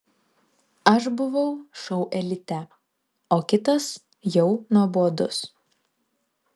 aš buvau šou elite o kitas jau nuobodus